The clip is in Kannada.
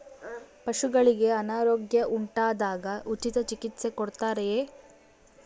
ಪಶುಗಳಿಗೆ ಅನಾರೋಗ್ಯ ಉಂಟಾದಾಗ ಉಚಿತ ಚಿಕಿತ್ಸೆ ಕೊಡುತ್ತಾರೆಯೇ?